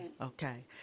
okay